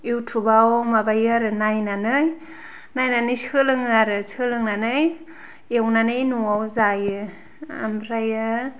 इउटुबाव माबायो आरो नायनानै नायनानै सोलोङो आरो सोलोंनानै एवनानै न'वाव जायो आमफ्रायो